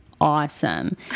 Awesome